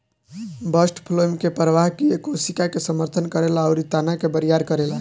bast phloem के प्रवाह किये कोशिका के समर्थन करेला अउरी तना के बरियार करेला